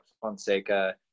Fonseca